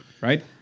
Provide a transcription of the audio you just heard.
right